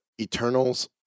Eternals